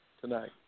tonight